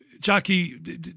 Jackie